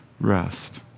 rest